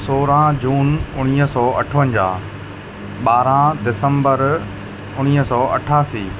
सोरहं जून उणिवीह सौ अठवंजा्हु ॿारहं दिसंबर उणिवीह सौ अठासी